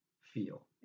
feel